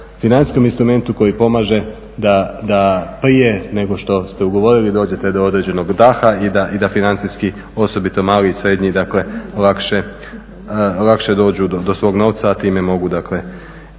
financijskom instrumentu koji pomaže da prije nego što ste ugovorili dođete do određenog daha i da financijski osobito mali i srednji dakle lakše dođu do svog novca, ubrzaju svoj novčani